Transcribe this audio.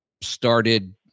started